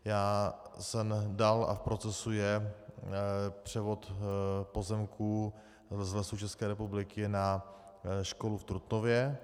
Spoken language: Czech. Já jsem dal a v procesu je převod pozemků z Lesů České republiky na školu v Trutnově.